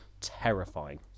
terrifying